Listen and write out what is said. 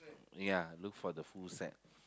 ya look for the full set